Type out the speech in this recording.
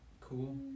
Cool